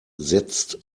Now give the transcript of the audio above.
setzt